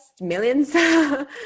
millions